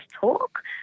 talk